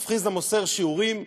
רב חסדא מוסר שיעורים,